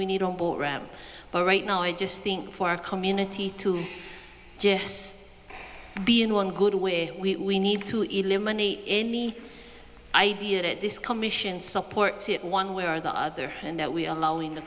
we need but right now i just think for our community to be in one good way we need to eliminate any idea that this commission support it one way or the other and that we are allowing the